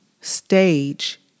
stage